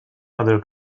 other